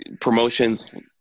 promotions